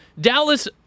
Dallas